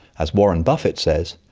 as warren buffett says,